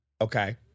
Okay